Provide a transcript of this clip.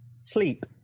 sleep